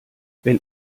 wenn